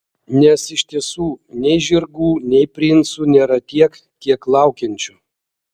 nes iš tiesų nei žirgų nei princų nėra tiek kiek laukiančių